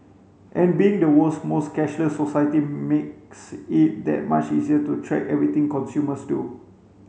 and being the world's most cashless society makes it that much easier to track everything consumers do